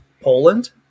Poland